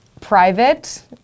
private